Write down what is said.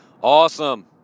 Awesome